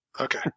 Okay